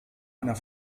einer